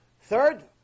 Third